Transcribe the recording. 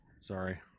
Sorry